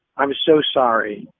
i'm so sorry,